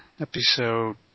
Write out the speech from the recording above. episode